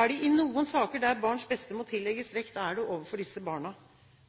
Er det i noen saker der barns beste må tillegges vekt, er det overfor disse barna.